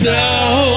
now